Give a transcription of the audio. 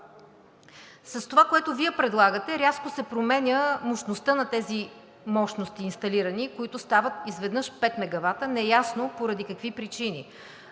С това, което Вие предлагате, рязко се променя мощността на тези инсталирани мощности, които стават изведнъж пет мегавата, неясно поради какви причини.